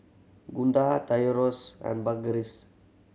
Gunda Tyrus and Burgess